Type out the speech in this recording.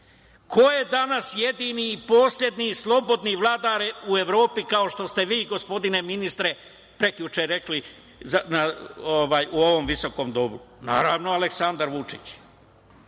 Ko je danas jedini i poslednji slobodni vladar u Evropi, kao što ste vi, gospodine ministre, prekjuče rekli u ovom visokom domu? Naravno, Aleksandar Vučić. Ko